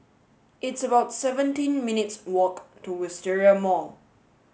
it's about seventeen minutes' walk to Wisteria Mall